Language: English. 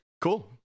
Cool